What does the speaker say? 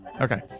Okay